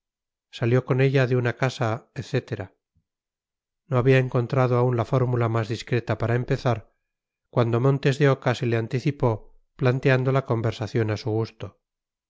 salió con ella de una casa etcétera no había encontrado aún la fórmula más discreta para empezar cuando montes de oca se le anticipó planteando la conversación a su gusto